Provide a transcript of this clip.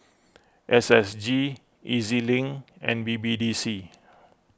S S G E Z Link and B B D C